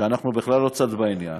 כשאנחנו בכלל לא צד בעניין,